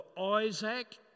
Isaac